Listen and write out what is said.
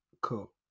Cool